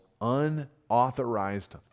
unauthorized